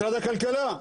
משרד הכלכלה,